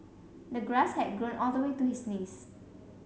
the grass had grown all the way to his knees